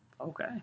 Okay